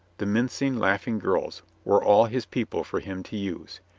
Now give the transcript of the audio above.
the mincing, laughing girls, were all his people for him to use.